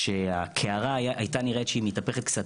וכשהקערה הייתה נראית שהיא מתהפכת קצת